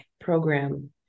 program